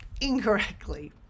incorrectly